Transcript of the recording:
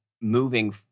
moving